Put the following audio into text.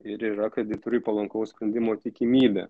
ir yra kreditoriui palankaus sprendimo tikimybė